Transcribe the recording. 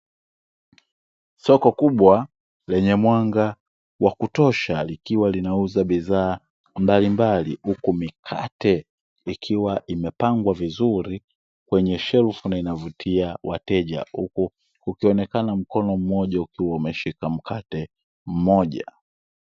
Soko kubwa lenye mwanga wa kutosha likiwa linauza bidhaa mbalimbali, huku mikate ikiwa imepangwa vizuri kwenye shelfu na inavutia wateja. Huku ukioneka mkono mmoja ukiwa umeshika mkate mmoja.